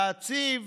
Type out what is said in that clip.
להציב